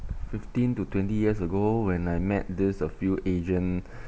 fifteen to twenty years ago when I met this a few asian